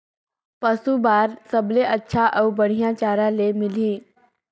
पशु बार सबले अच्छा अउ बढ़िया चारा ले मिलही?